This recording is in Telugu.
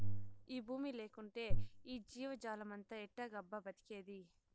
ఈ బూమి లేకంటే ఈ జీవజాలమంతా ఎట్టాగబ్బా బతికేది